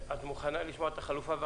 את מוכנה לשמוע את החלופה?